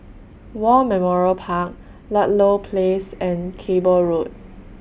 War Memorial Park Ludlow Place and Cable Road